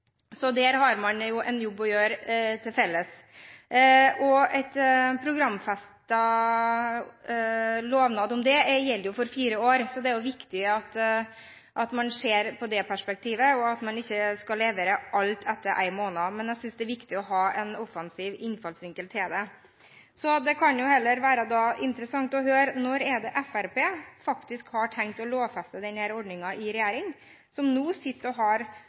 man en felles jobb å gjøre. En programfestet lovnad om det gjelder for fire år, så det er viktig at man ser på det perspektivet, og at man ikke skal levere alt etter én måned. Men jeg synes det er viktig å ha en offensiv innfallsvinkel til det. Det kan jo heller være interessant å høre når Fremskrittspartiet – som er i regjering og har hånden på rattet i denne saken – faktisk har tenkt å lovfeste denne ordningen. Og når skal man heve taket, og